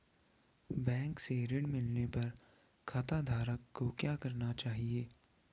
Bank से ऋण मिलने पर खाताधारक को क्या करना चाहिए?